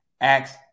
Acts